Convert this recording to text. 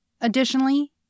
Additionally